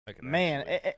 man